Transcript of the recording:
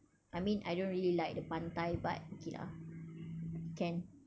I mean I don't really like the pantai but okay lah can